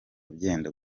byenda